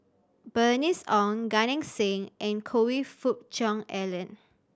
Bernice Ong Gan Eng Seng and Choe Fook Cheong Alan